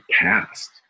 past